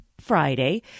Friday